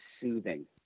soothing